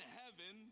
heaven